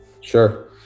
Sure